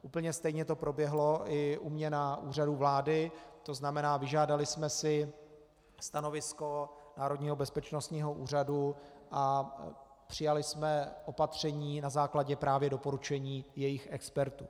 Úplně stejně to proběhlo i u mě na Úřadu vlády, tzn. vyžádali jsme si stanovisko Národního bezpečnostního úřadu a přijali jsme opatření na základě právě doporučení jeho expertů.